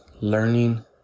learning